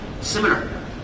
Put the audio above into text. similar